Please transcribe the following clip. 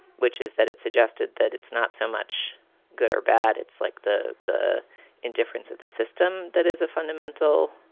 which is that it suggested that it's not so much good or bad. it's like the the indifference of the system. that is a fundamental